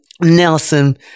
Nelson